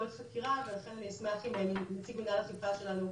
לכן הדרך היחידה,